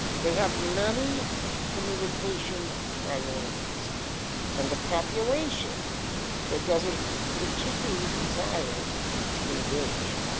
they have many communication priorities and the population that doesn't particularly desire to engage.